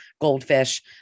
goldfish